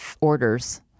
orders